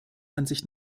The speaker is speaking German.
ansicht